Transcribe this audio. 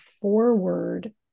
forward